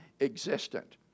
existent